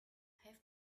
have